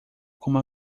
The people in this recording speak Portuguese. como